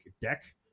deck